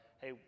hey